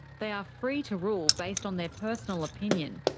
they are free to rule based on their personal opinion,